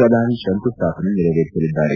ಪ್ರಧಾನಿ ಶಂಕುಸ್ನಾಪನೆ ನೆರವೇರಿಸಲಿದ್ದಾರೆ